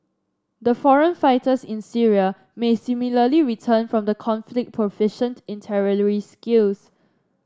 the foreign fighters in Syria may similarly return from the conflict proficient in terrorist skills